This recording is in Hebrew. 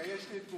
דרך